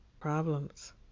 Problems